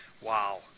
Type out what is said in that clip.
wow